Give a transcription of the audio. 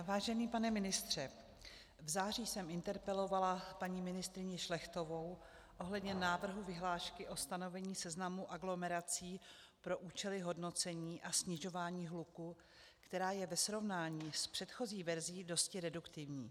Vážený pane ministře, v září jsem interpelovala paní ministryni Šlechtovou ohledně návrhu vyhlášky o stanovení seznamu aglomerací pro účely hodnocení a snižování hluku, která je ve srovnání s předchozí verzí dosti reduktivní.